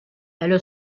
elle